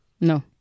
No